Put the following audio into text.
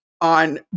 on